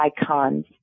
icons